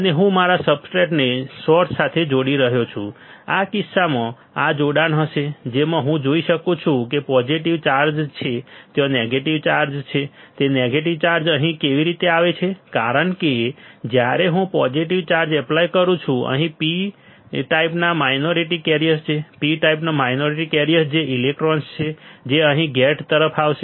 અને હું મારા સબસ્ટ્રેટને સોર્સ સાથે જોડી રહ્યો છું આ કિસ્સામાં આ જોડાણ હશે જેમાં હું જોઈ શકું છું કે પોઝીટીવ ચાર્જ છે ત્યાં નેગેટિવ ચાર્જ છે તે નેગેટિવ ચાર્જ અહીં કેવી રીતે આવે છે કારણ કે જ્યારે હું પોઝીટીવ ચાર્જ એપ્લાય કરું છું અહીં પછી P ટાઈપનાં માઈનોરીટી કેરિયર્સ છે P ટાઈપનાં માઈનોરીટી કેરિયર્સ જે ઇલેક્ટ્રોન છે જે અહીં ગેટ તરફ આવશે